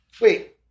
Wait